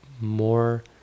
more